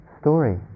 story